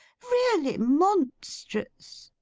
really monstrous